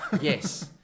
Yes